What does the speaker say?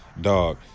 Dog